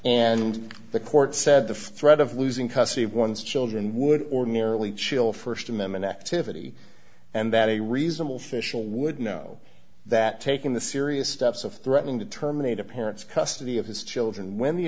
and the court said the threat of losing custody of one's children would ordinarily chill a st amendment activity and that a reasonable fishel would know that taking the serious steps of threatening to terminate a parent's custody of his children when the